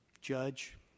judge